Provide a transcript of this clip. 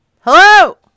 Hello